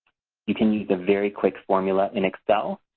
you can use a very quick formula in excel.